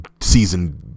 season